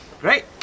Great